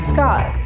Scott